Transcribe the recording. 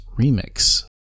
Remix